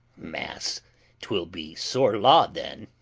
masse twill be sore law then,